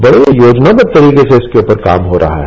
बड़े योजनाबद्ध तरीके से इसके ऊपर काम हो रहा है